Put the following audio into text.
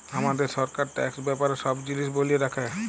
হামাদের সরকার ট্যাক্স ব্যাপারে সব জিলিস ব্যলে রাখে